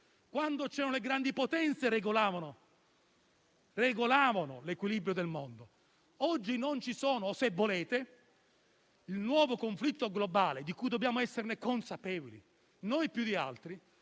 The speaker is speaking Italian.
Quando c'erano le grandi potenze, regolavano l'equilibrio del mondo. Oggi non ci sono. Il nuovo conflitto globale, di cui dobbiamo essere consapevoli noi più di altri,